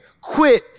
quit